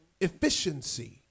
efficiency